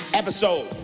episode